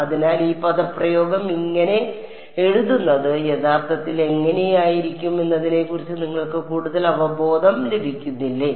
അതിനാൽ ഈ പദപ്രയോഗം ഇങ്ങനെ എഴുതുന്നത് യഥാർത്ഥത്തിൽ എങ്ങനെയിരിക്കും എന്നതിനെക്കുറിച്ച് നിങ്ങൾക്ക് കൂടുതൽ അവബോധം ലഭിക്കുന്നില്ലേ